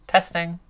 Testing